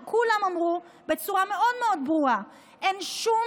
כולם אמרו בצורה מאוד מאוד ברורה: אין שום